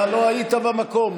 אתה לא היית במקום.